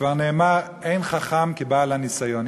כבר נאמר "אין חכם כבעל ניסיון".